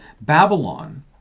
Babylon